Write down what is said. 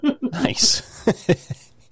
nice